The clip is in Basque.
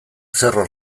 cerro